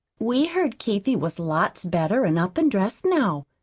we heard keithie was lots better and up and dressed now,